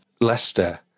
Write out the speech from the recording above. Leicester